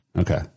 Okay